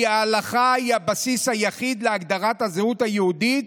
כי ההלכה היא הבסיס היחיד להגדרת הזהות היהודית,